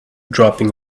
dropping